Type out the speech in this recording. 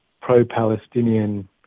pro-Palestinian